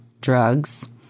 drugs